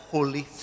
Holy